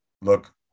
look